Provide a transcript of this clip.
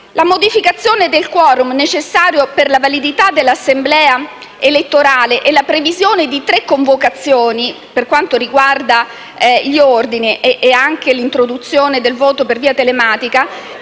La modificazione del *quorum* necessario per la validità dell'assemblea elettorale e la previsione di tre convocazioni per quanto riguarda gli ordini, nonché l'introduzione del voto per via telematica,